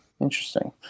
interesting